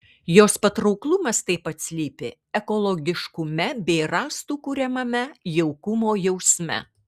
jos patrauklumas taip pat slypi ekologiškume bei rąstų kuriamame jaukumo jausme